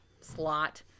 slot